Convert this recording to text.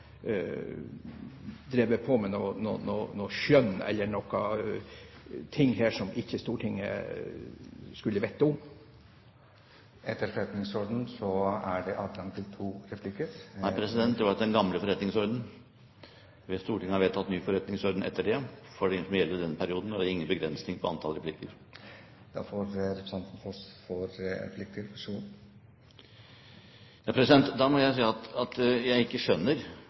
med noe Stortinget ikke skulle vite om. Per-Kristian Foss ber om ordet til enda en replikk. Etter forretningsordenen er det bare adgang til to replikker. Det var etter den gamle forretningsordenen, president. Stortinget har vedtatt ny forretningsorden etter det, for hele denne perioden, og det er ingen begrensning på antall replikker. Da får representanten Foss ordet til replikk. Vær så god. Da må jeg si at jeg ikke skjønner